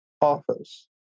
office